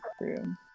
room